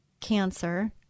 cancer